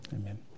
Amen